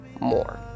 more